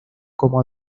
como